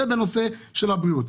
זה בנושא הבריאות.